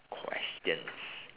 questions